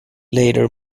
later